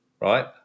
right